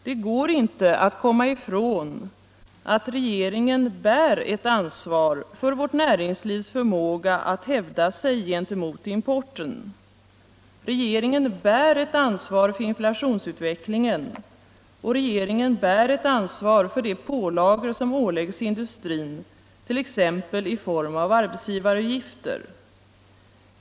Det går inte att komma ifrån att regeringen bär ett ansvar för vårt näringslivs förmåga att hävda sig gentemot importen. Regeringen bär ett ansvar för inflationsutvecklingen, och regeringen bär ett ansvar för de pålagor som åläggs industrin t.ex. i form av arbetsgivaravgifter.